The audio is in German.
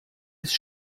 ist